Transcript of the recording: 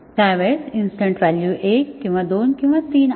त्यावेळेस instance value 1 किंवा 2 किंवा 3 आहेत